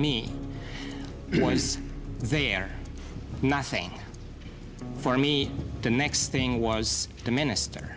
me was there nothing for me the next thing was the minister